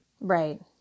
right